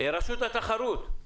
רשות התחרות.